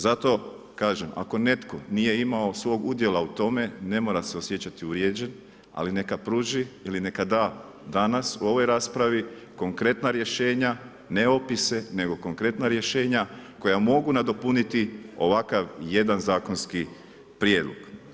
Zato kažem, ako netko nije imao svog udjela u tome, ne mora se osjećati uvrijeđen, ali neka pruži ili neka da danas, u ovoj raspravi, konkretna rješenja, ne opise, nego konkretna rješenja koja mogu nadopuniti ovakav jedan zakonski prijedlog.